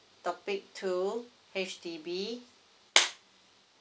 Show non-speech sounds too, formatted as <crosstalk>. topic two H_D_B <noise>